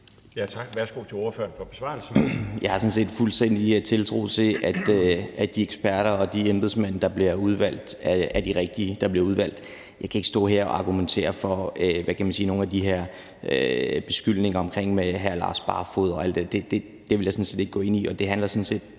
Jeg har sådan set fuldstændig tiltro til, at de eksperter og de embedsmænd, der bliver udvalgt, er de rigtige, der bliver udvalgt. Jeg kan ikke stå her og argumentere i forhold til, hvad kan man sige, nogle af de her beskyldninger omkring hr. Lars Barfoed og alt det. Det vil jeg sådan set ikke gå ind i, og det er jo heller